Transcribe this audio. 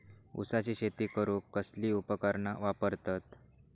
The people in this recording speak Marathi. ऊसाची शेती करूक कसली उपकरणा वापरतत?